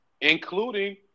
including